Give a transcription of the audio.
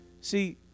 See